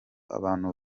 abantu